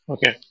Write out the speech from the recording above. Okay